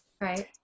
right